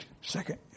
second